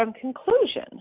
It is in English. conclusion